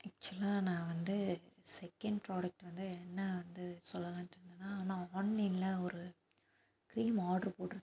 ஆக்சுவலாக நான் வந்து செக்கெண்ட் ப்ராடக்ட் வந்து என்ன வந்து சொல்லலான்ட்டு இருந்தேனால் நான் ஆன்லைனில் ஒரு க்ரீம் ஆட்ரு போட்டிருந்தேன்